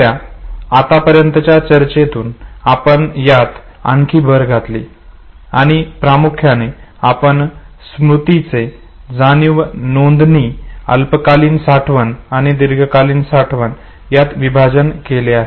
आपल्या आत्ता पर्यंतच्या चर्चेतून आपण यात आणखी भर घातली आणि प्रामुख्याने आपण स्मृतीचे जाणीव नोंदणी अल्पकालीन साठवण आणि दीर्घकालीन साठवण यात विभाजन केले आहे